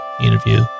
interview